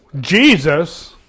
Jesus